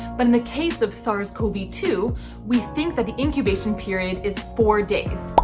but in the case of sars cov two we think that the incubation period is four days.